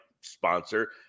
sponsor